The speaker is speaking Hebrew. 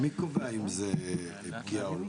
מי קובע אם זו פגיעה או לא?